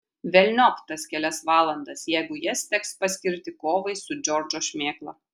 velniop tas kelias valandas jeigu jas teks paskirti kovai su džordžo šmėkla